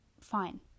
fine